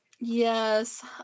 Yes